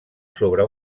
sobre